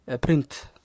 print